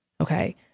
okay